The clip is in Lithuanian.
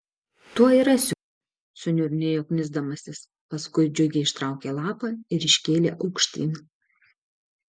tuoj rasiu suniurnėjo knisdamasis paskui džiugiai ištraukė lapą ir iškėlė aukštyn